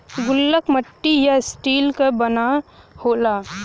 गुल्लक मट्टी या स्टील क बना होला